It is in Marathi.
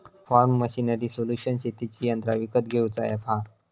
फॉर्म मशीनरी सोल्यूशन शेतीची यंत्रा विकत घेऊचा अॅप हा